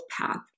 path